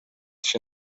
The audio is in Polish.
się